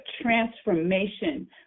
transformation